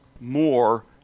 more